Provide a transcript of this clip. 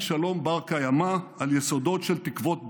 שלום בר-קיימא על יסודות של תקוות בלבד,